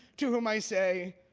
to whom i say,